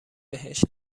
بهش